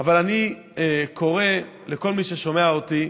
אבל אני קורא לכל מי ששומע אותנו.